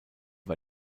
war